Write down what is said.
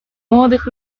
młodych